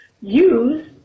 Use